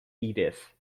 edith